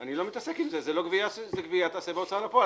אני לא מתעסק עם זה, זו גבייה שתעשה בהוצאה לפועל.